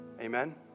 Amen